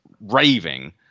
raving